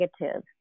negative